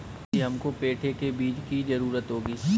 अभी हमको पेठे के बीज की जरूरत होगी